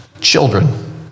children